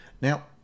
Now